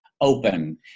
open